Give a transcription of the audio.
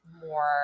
more